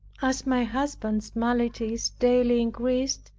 as my husband's maladies daily increased,